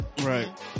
Right